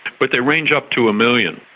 but they range up to a million.